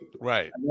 Right